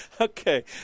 Okay